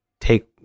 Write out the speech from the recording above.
take